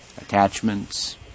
attachments